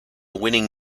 winning